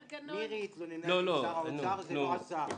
מירי התלוננה אצל שר האוצר, זה לא עזר.